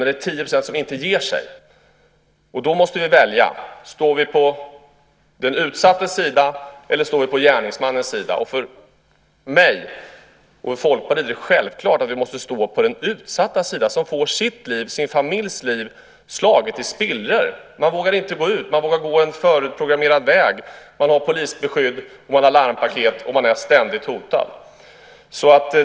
Men det är 10 % som inte ger sig, och då måste vi välja: Står vi på den utsattas sida, eller står vi på gärningsmannens sida? För mig och Folkpartiet är det självklart att vi måste stå på den utsattas sida, den som får sitt och sin familjs liv slaget i spillror. Man vågar inte gå ut mer än längs en i förväg bestämd väg. Man har polisbeskydd, man har larmpaket och man är ständigt hotad.